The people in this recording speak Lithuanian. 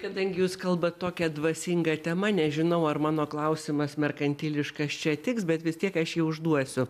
kadangi jūs kalbat tokia dvasinga tema nežinau ar mano klausimas merkantiliškas čia tiks bet vis tiek aš jį užduosiu